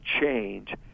change